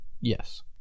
Yes